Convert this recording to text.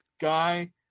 guy